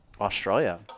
Australia